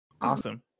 Awesome